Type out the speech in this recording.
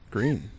Green